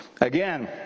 Again